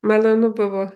malonu buvo